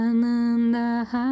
Ananda